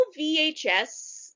VHS